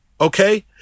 okay